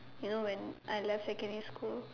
you know when I left secondary school